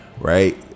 right